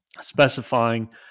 specifying